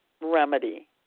remedy